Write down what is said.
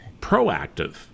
proactive